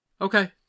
Okay